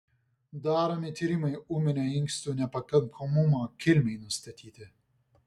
daromi tyrimai ūminio inkstų nepakankamumo kilmei nustatyti